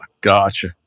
gotcha